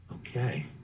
okay